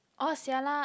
orh [sialah]